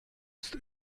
ist